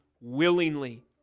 willingly